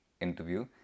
interview